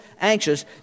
anxious